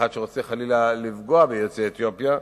כאחד שרוצה חלילה לפגוע ביוצאי אתיופיה,